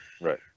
Right